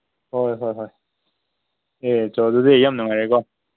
ꯍꯣꯏ ꯍꯣꯏ ꯍꯣꯏ ꯑꯦ ꯆꯣ ꯑꯗꯨꯗꯤ ꯌꯥꯝ ꯅꯨꯡꯉꯥꯏꯔꯦꯀꯣ